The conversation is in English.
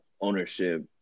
ownership